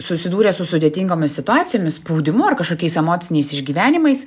susidūrę su sudėtingomis situacijomis spaudimu ar kažkokiais emociniais išgyvenimais